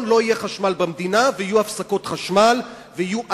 לא יהיה חשמל במדינה ויהיו הפסקות חשמל ויהיו עלטות.